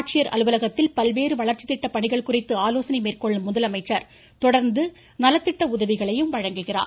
ஆட்சியர் அலுவலகத்தில் பல்வேறு வளர்ச்சி திட்ட பணிகள் குறித்து ஆலோசனை மேற்கொள்ளும் முதலமைச்சர் தொடர்ந்து நலத்திட்ட உதவிகளையும் வழங்குகிறார்